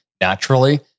naturally